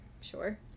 sure